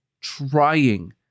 trying